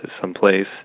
someplace